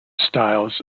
styles